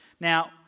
Now